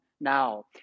Now